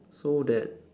so that